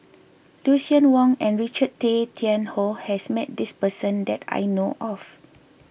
Lucien Wang and Richard Tay Tian Hoe has met this person that I know of